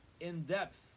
in-depth